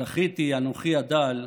זכיתי, אנוכי הדל,